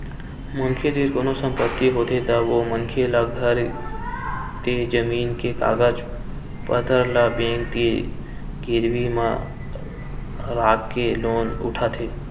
मनखे तीर कोनो संपत्ति होथे तब ओ मनखे ल घर ते जमीन के कागज पतर ल बेंक तीर गिरवी म राखके लोन उठाथे